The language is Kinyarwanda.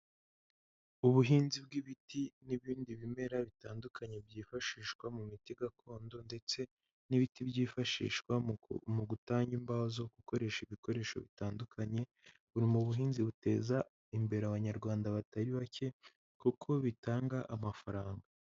Ubuhinzi bw'ibiti n'ibindi bimera bitandukanye byifashishwa mu miti gakondo, ndetse, n'ibiti byifashishwa mu gutanga imbaho zo gukoresha ibikoresho bitandukanye. Buri mu buhinzi buteza imbere abanyarwanda batari bake, kuko bitanga amafaranga.